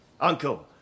uncle